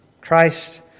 Christ